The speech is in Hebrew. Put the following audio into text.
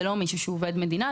ולא מישהו שהוא עובד מדינה.